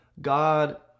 God